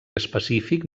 específic